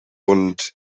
und